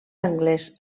anglès